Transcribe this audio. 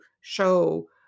show